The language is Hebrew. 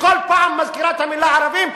כשכל פעם מזכירים את המלה "ערבים",